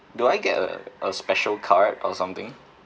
do I get a a special card or something